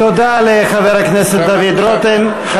תודה לחבר הכנסת דוד רותם.